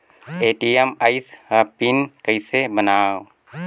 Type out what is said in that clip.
ATM आइस ह pin कइसे बनाओ?